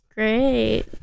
Great